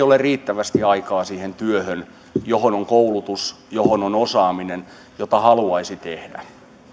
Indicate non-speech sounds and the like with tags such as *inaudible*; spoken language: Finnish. *unintelligible* ole riittävästi aikaa siihen työhön johon on koulutus johon on osaaminen ja jota haluaisi tehdä